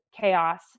chaos